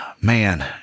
man